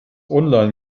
online